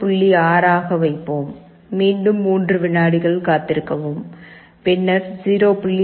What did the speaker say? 6 ஆக வைப்போம் மீண்டும் 3 வினாடிகள் காத்திருக்கவும் பின்னர் 0